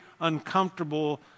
uncomfortable